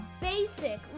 basic